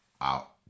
out